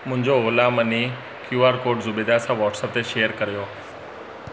मुंहिंजो Ola money Q R code Zubaida सां WhatsApp ते शेयर करियो